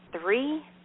three